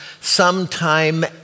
sometime